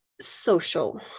social